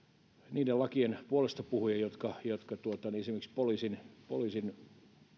niiden lakien puolestapuhujia jotka jotka esimerkiksi poliisin poliisin